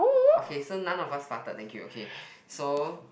okay so none of us farted thank you okay so